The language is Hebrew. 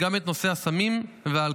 גם את נושא הסמים והאלכוהול.